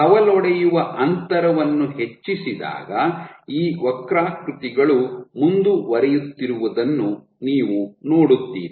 ಕವಲೊಡೆಯುವ ಅಂತರವನ್ನು ಹೆಚ್ಚಿಸಿದಾಗ ಈ ವಕ್ರಾಕೃತಿಗಳು ಮುಂದುವರಿಯುತ್ತಿರುವುದನ್ನು ನೀವು ನೋಡುತ್ತೀರಿ